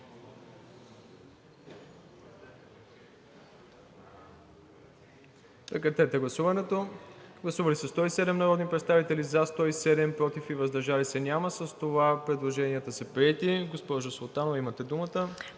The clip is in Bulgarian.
Комисията. Гласували 107 народни представители: за 107, против и въздържали се няма. Предложенията са приети. Госпожо Султанова, имате думата.